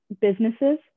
businesses